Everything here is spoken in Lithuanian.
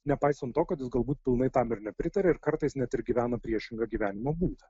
nepaisant to kad jis galbūt pilnai tam nepritaria ir kartais net ir gyvena priešingą gyvenimo būdą